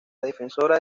defensora